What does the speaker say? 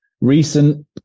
recent